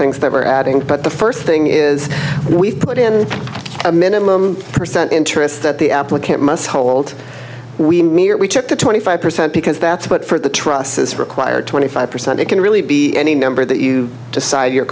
things that were added but the first thing is we've put in a minimum percent interest that the applicant must hold we near we took the twenty five percent because that's what for the trust is required twenty five percent it can really be any number that you decide you're